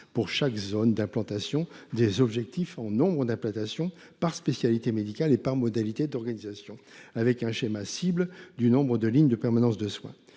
pour chaque zone d’implantation des objectifs en nombre d’implantations par spécialité médicale et par modalité d’organisation, avec un schéma cible du nombre de lignes de permanence des soins.